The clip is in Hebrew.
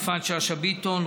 יפעת שאשא-ביטון,